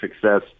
success